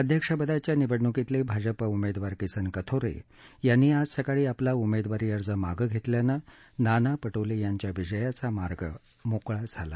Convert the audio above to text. अध्यक्षपदाच्या निवडणुकीतले भाजपा उमेदवार किसन कथोरे यांनी आज सकाळी आपला उमेदवारी अर्ज मागे घेतल्यानज्ञाना पटोले यांच्या विजयाचा मार्ग मोकळा झाला